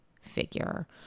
figure